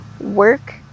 work